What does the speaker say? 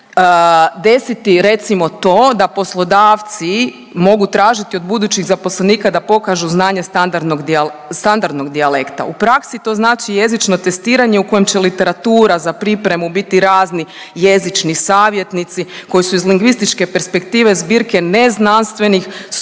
desiti recimo to da poslodavci mogu tražiti od budućih zaposlenika da pokažu znanje standardnog dija… standardnog dijalekta. U praksi to znači jezično testiranje u kojem će literatura za pripremu biti razni jezični savjetnici koji su iz lingvističke perspektive zbirke neznanstvenih,